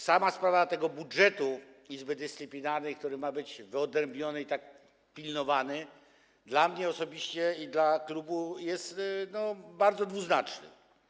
Sama sprawa budżetu Izby Dyscyplinarnej, który ma być wyodrębniony i tak pilnowany, dla mnie osobiście i dla klubu jest bardzo dwuznaczna.